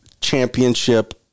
championship